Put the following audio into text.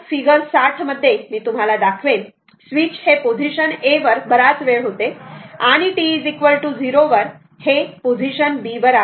तर फिगर 60 मध्ये मी तुम्हाला दाखवेन स्विच हे पोझिशन a वर बराच वेळ होते आणि t0 वर हे पोझिशन b वर आले